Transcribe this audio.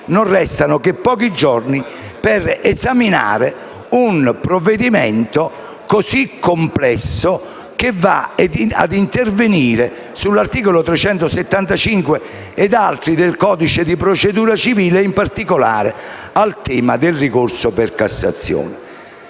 non restano che pochi giorni per esaminare un provvedimento così complesso che va ad intervenire sull'articolo 375 e su altri del codice di procedura civile, in particolare sul tema del ricorso per Cassazione.